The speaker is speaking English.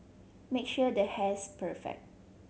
make sure the hair's perfect